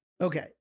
Okay